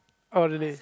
oh really